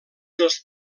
dels